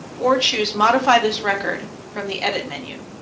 or choose modify this record from the edit menu